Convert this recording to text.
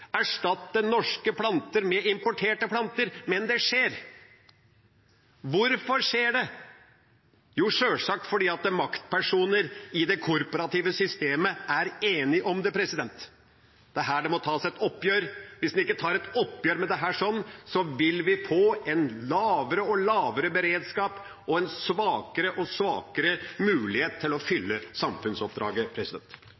erstatte norske planter med importerte planter, men det skjer. Hvorfor skjer det? Jo, sjølsagt fordi maktpersoner i det korporative systemet er enige om det. Det er her det må tas et oppgjør. Hvis en ikke tar et oppgjør med dette, vil vi få en lavere og lavere beredskap og en svakere og svakere mulighet til å